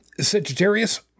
Sagittarius